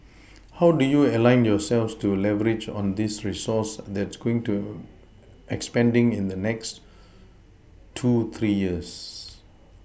how do you align yourselves to leverage on this resource that's going to expanding in the next two three years